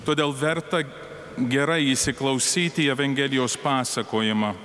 todėl verta gerai įsiklausyti į evangelijos pasakojimą